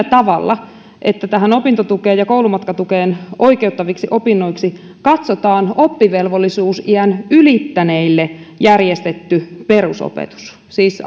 tavalla että opintotukeen ja koulumatkatukeen oikeuttaviksi opinnoiksi katsotaan oppivelvollisuusiän ylittäneille järjestetty perusopetus siis